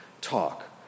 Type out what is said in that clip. talk